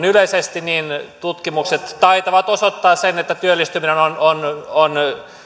yleisesti tutkimukset taitavat osoittaa sen että työllistyminen on on